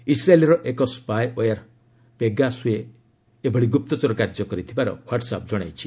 ଇସ୍ରାଏଲ୍ର ଏକ spyware Pegasus ଏଭଳି ଗୁପ୍ତଚର କାର୍ଯ୍ୟ କରୁଥିବାର ହ୍ୱାଟ୍ସ ଆପ୍ ଜଣାଇଛି